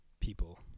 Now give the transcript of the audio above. people